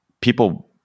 people